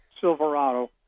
Silverado